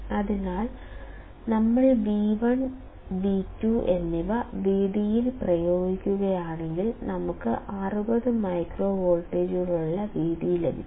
അതിനാൽ നമ്മൾ V1 V2 എന്നിവ Vd യിൽ പ്രയോഗിക്കുക യാണെങ്കിൽ നമുക്ക് 60 മൈക്രോ വോൾട്ടുകളുള്ള Vd ലഭിക്കും